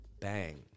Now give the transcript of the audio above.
bang